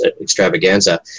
extravaganza